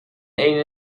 één